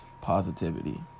positivity